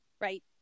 Right